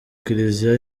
kiliziya